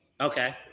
Okay